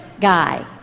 guy